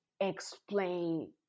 explain